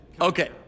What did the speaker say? Okay